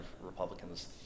Republicans